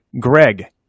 Greg